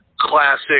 classic